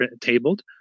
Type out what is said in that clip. tabled